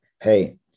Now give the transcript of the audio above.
hey